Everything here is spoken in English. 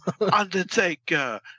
Undertaker